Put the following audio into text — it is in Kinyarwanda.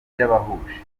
byabahuje